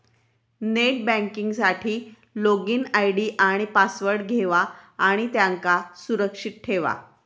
net banking साठी login ID आणि password घेवा आणि त्यांका सुरक्षित ठेवा